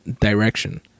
direction